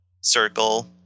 circle